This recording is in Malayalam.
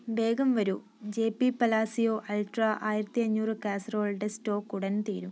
വേഗം വരൂ ജെ പി പലാസിയോ അൾട്രാ ആയിരത്തി അഞ്ഞൂറ് കാസറോൾടെ സ്റ്റോക് ഉടൻ തീരും